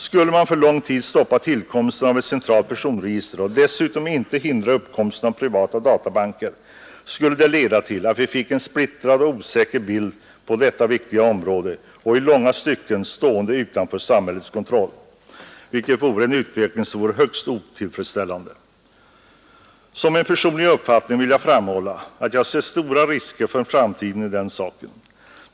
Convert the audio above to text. Skulle man för lång tid stoppa tillkomsten av ett centralt personregister och dessutom inte hindra uppkomsten av privata databanker, i långa stycken stående utanför samhällets kontroll, skulle detta leda till att vi fick en splittrad och osäker bild på detta viktiga område, vilket vore en högst otillfredsställande utveckling. Som min personliga uppfattning vill jag framhålla att jag ser stora risker för framtiden i detta.